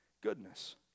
goodness